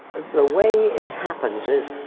the way it happens is,